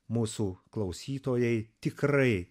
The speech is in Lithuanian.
mūsų klausytojai tikrai